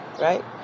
right